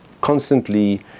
constantly